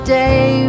day